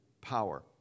power